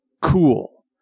cool